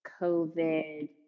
COVID